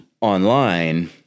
Online